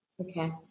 Okay